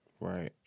Right